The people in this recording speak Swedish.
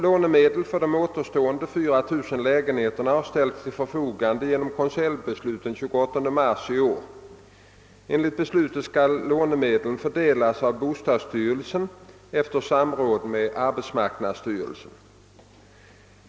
Lånemedel för de återstående 4000 lägenheterna har ställts till förfogande genom konseljbeslut den 28 mars i år. Enligt beslutet skall lånemedlen fördelas av bostadsstyrelsen efter samråd med arbetsmarknadsstyrelsen.